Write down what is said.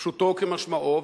פשוטו כמשמעו,